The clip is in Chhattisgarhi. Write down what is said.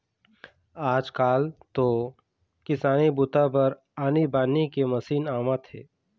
आजकाल तो किसानी बूता बर आनी बानी के मसीन आवत हे